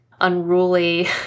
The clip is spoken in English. unruly